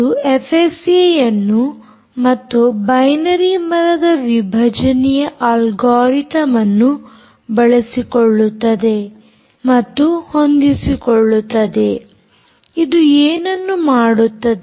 ಅದು ಎಫ್ಎಸ್ಏಯನ್ನು ಮತ್ತು ಬೈನರೀ ಮರದ ವಿಭಜನೆಯ ಆಲ್ಗೊರಿತಮ್ ಅನ್ನು ಬಳಸಿಕೊಳ್ಳುತ್ತದೆ ಮತ್ತು ಹೊಂದಿಸಿಕೊಳ್ಳುತ್ತದೆ ಇದು ಏನನ್ನು ಮಾಡುತ್ತದೆ